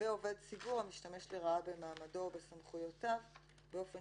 ועובד ציבור המשתמש לרעה במעמדו ובסמכויותיו באופן